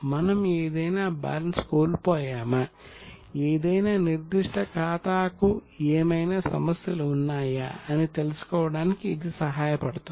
మనం ఏదైనా బ్యాలెన్స్ కోల్పోయామా ఏదైనా నిర్దిష్ట ఖాతాకు ఏమైనా సమస్యలు ఉన్నాయా అని తెలుసుకోవడానికి ఇది సహాయ పడుతుంది